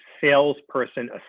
salesperson